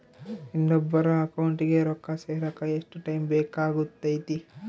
ಇನ್ನೊಬ್ಬರ ಅಕೌಂಟಿಗೆ ರೊಕ್ಕ ಸೇರಕ ಎಷ್ಟು ಟೈಮ್ ಬೇಕಾಗುತೈತಿ?